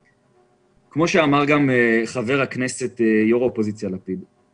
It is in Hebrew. כמו שאמר גם חבר הכנסת יושב-ראש האופוזיציה יאיר לפיד,